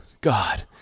God